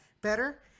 better